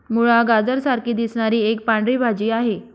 मुळा, गाजरा सारखी दिसणारी एक पांढरी भाजी आहे